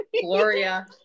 gloria